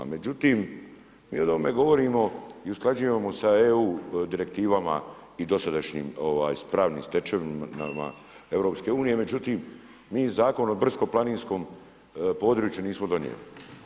Međutim, mi o ovome govorimo i usklađujemo sa EU direktivama i dosadašnjim pravnim stečevinama EU, međutim, mi Zakon o brdsko planinskom području nismo donijeli.